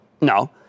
No